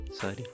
Sorry